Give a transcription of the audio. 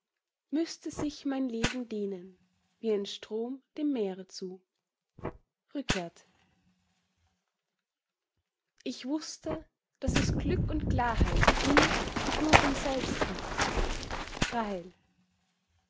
müsse sich mein leben dehnen wie ein strom dem meere zu rückert ich wußte daß es glück und klarheit in und durch uns selbst gibt rahel